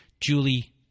Julie